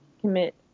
commit